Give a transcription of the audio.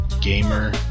gamer